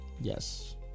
Yes